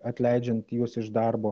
atleidžiant juos iš darbo